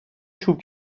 چوب